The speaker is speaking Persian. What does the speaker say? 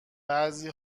بعضی